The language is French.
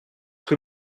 que